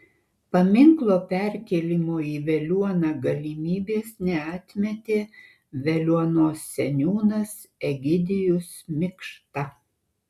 paminklo perkėlimo į veliuoną galimybės neatmetė veliuonos seniūnas egidijus mikšta